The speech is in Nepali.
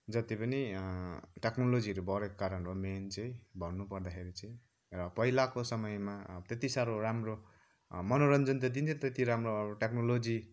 जति पनि टक्नोलोजीहरू बढेको कारण हो मेन चाहिँ भन्नुपर्दा खेरि चाहिँ र पहिलाको समयमा त्यति साह्रो राम्रो मनोरञ्जन त दिन्थ्यो तेति राम्रो टेकनोलोजी चाहिँ